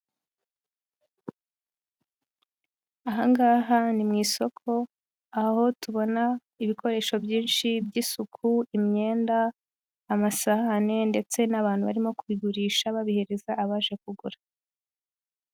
Aha ngaha ni mu isoko, aho tubona ibikoresho byinshi by'isuku, imyenda, amasahani ndetse n'abantu barimo kubigurisha babihereza abaje kugura.